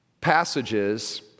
passages